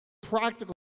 practical